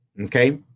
Okay